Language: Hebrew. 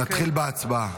נתחיל בהצבעה.